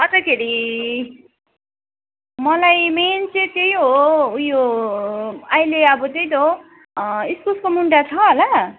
अन्तखेरि मलाई मेन चाहिँ त्यही हो उयो अहिले अब त्यही त हो इस्कुसको मुन्टा छ होला